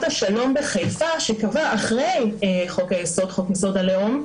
השלום בחיפה שחייב אחרי חוק יסוד: הלאום,